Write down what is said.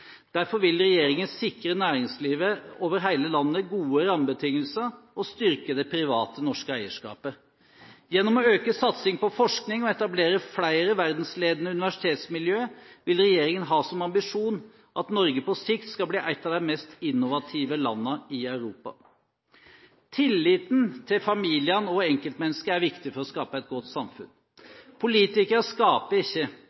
Derfor vil regjeringen sikre næringslivet over hele landet gode rammebetingelser og styrke det private norske eierskapet. Gjennom å øke satsingen på forskning og etablere flere verdensledende universitetsmiljøer vil regjeringen ha som ambisjon at Norge på sikt skal bli et av de mest innovative landene i Europa. Tilliten til familien og enkeltmennesket er viktig for å skape et godt samfunn. Politikere skaper ikke,